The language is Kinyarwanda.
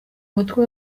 mutwe